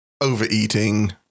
overeating